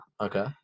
Okay